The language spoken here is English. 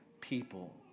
people